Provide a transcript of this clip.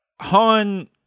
Han